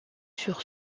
sur